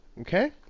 okay